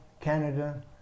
Canada